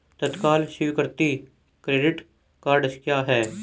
तत्काल स्वीकृति credit cards क्या हैं?